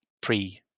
pre